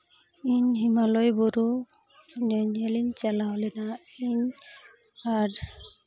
ᱤᱧ ᱦᱤᱢᱟᱞᱚᱭ ᱵᱩᱨᱩ ᱧᱮᱧᱮᱞᱤᱧ ᱪᱟᱞᱟᱣ ᱞᱮᱱᱟ ᱤᱧ ᱟᱨ